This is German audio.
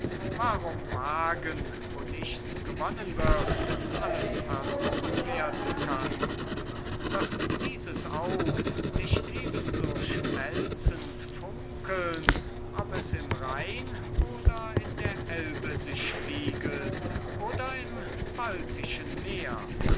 warum wagen wo nichts gewonnen wird und alles verloren werden kann wird dieses aug nicht eben so schmelzend funkeln ob es im rhein oder in der elbe sich spiegelt oder im baltischen meer